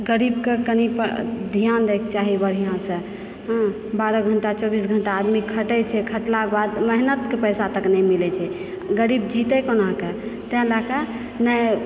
गरीबके कनि ध्यान दयके चाही बढिआँसँ बारह घण्टा चौबिस घण्टा आदमी खटैत छै खटलाक बाद मेहनतक पैसा तक नहि मिलैत छै गरीब जीते कोनाक तैं लयके नहि